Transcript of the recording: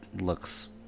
looks